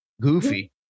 goofy